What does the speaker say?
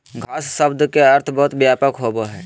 घास शब्द के अर्थ बहुत व्यापक होबो हइ